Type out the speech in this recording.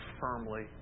firmly